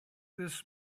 this